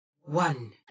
one